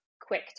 quick